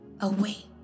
away